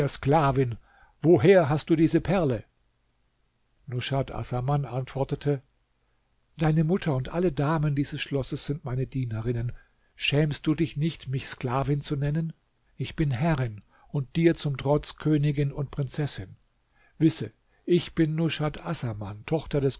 sklavin woher hast du diese perle nushat assaman antwortete deine mutter und alle damen dieses schlosses sind meine dienerinnen schämst du dich nicht mich sklavin zu nennen ich bin herrin und dir zum trotz königin und prinzessin wisse ich bin nushat assaman tochter des